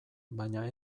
baina